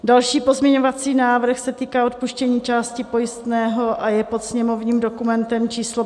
Další pozměňovací návrh se týká odpuštění části pojistného a je pod sněmovním dokumentem číslo 5235.